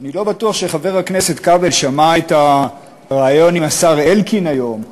אני לא בטוח שחבר הכנסת כבל שמע את הריאיון עם השר אלקין היום,